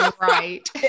right